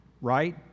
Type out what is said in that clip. right